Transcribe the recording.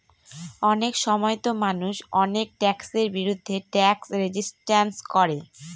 অনেক সময়তো মানুষ অনেক ট্যাক্সের বিরুদ্ধে ট্যাক্স রেজিস্ট্যান্স করে